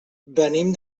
venim